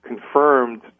confirmed